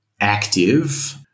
active